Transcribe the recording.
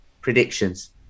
predictions